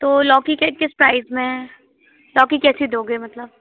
तो लौकी के किस प्राइस में लौकी कैसी दोगे मतलब